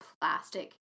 plastic